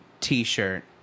t-shirt